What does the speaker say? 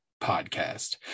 Podcast